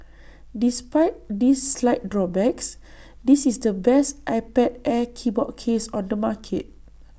despite these slight drawbacks this is the best iPad air keyboard case on the market